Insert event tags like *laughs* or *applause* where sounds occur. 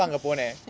*laughs*